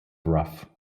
rough